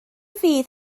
fydd